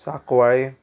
Sancoale